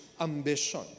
ambition